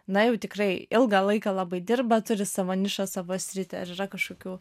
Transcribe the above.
na jau tikrai ilgą laiką labai dirba turi savo nišą savo sritį ar yra kažkokių